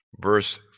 verse